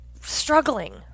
struggling